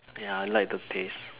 ya I like the taste